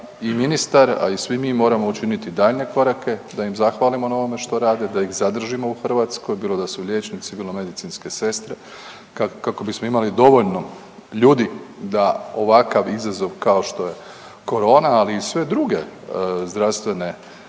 i ministar, a i svi mi moramo učiniti daljnje korake da im zahvalimo na ovome što rade, da ih zadržimo u Hrvatskoj, bilo da su liječnici, bilo medicinske sestre, kako bismo imali dovoljno ljudi da ovakav izazov kao što je korona, ali i sve druge zdravstvene